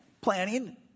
planning